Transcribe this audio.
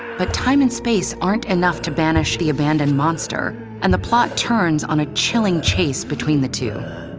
but time and space aren't enough to banish the abandoned monster, and the plot turns on a chilling chase between the two.